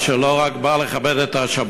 אשר לא רק בא לכבד את השבת,